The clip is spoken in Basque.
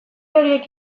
horiek